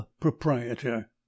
Proprietor